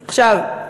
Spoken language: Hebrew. עכשיו,